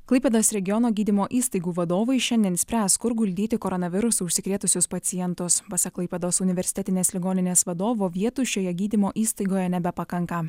klaipėdos regiono gydymo įstaigų vadovai šiandien spręs kur guldyti koronavirusu užsikrėtusius pacientus pasak klaipėdos universitetinės ligoninės vadovo vietų šioje gydymo įstaigoje nebepakanka